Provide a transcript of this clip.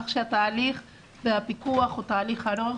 התהליך והפיקוח הוא תהליך ארוך.